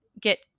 get